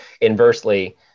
inversely